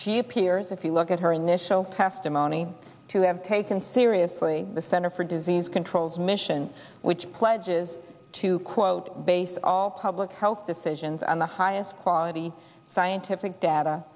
she appears if you look at her initial testimony to have taken seriously the center for disease control's mission which pledges to quote base all public health decisions on the highest quality scientific data